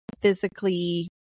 physically